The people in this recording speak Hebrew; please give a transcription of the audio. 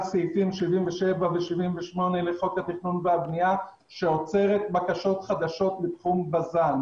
סעיפים 77 ו-78 לחוק התכנון והבנייה שאוסרת בקשות חדשות בתחום בז"ן,